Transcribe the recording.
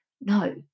No